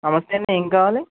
నమస్తే అండి ఏం కావాలి